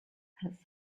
has